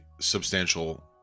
substantial